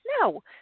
No